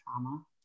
trauma